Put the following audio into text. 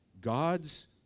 God's